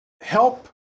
help